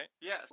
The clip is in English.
Yes